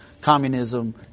communism